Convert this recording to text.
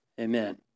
Amen